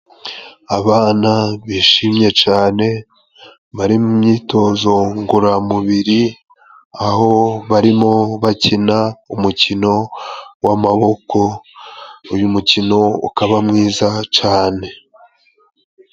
Abana bishimye cane bari mu myitozo ngororamubiri, aho barimo bakina umukino w'amaboko, uyu mukino ukaba mwiza cane.